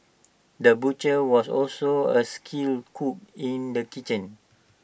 the butcher was also A skilled cook in the kitchen